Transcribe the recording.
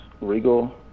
regal